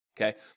okay